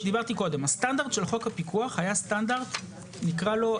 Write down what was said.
הסטנדרט של חוק הפיקוח היה סטנדרט חירומי,